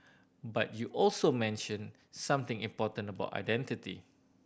but you also mentioned something important about identity